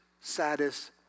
saddest